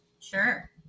Sure